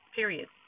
period